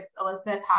Elizabeth